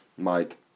Mike